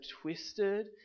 twisted